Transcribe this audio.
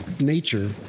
nature